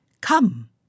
Come